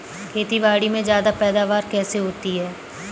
खेतीबाड़ी में ज्यादा पैदावार कैसे होती है?